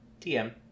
TM